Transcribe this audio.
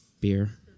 Beer